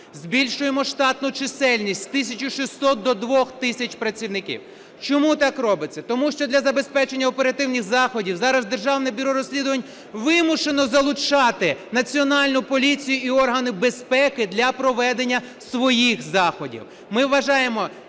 збільшуємо штатну чисельність з тисяча 600 до 2 тисяч працівників. Чому так робиться? Тому що для забезпечення оперативних заходів зараз Державне бюро розслідувань вимушено залучати Національну поліцію і органи безпеки для проведення своїх заходів.